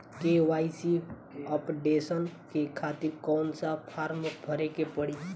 KYC updation के खातिर कौन सा फारम भरे के पड़ी?